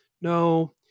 No